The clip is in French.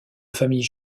familles